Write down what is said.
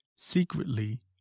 Secretly